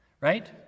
right